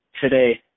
today